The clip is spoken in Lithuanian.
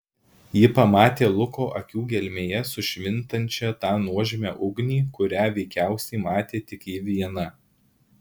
ji pamatė luko akių gelmėje sušvintančią tą nuožmią ugnį kurią veikiausiai matė tik ji viena